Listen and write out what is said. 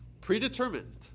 predetermined